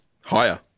Higher